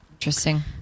Interesting